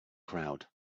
crowd